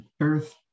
earth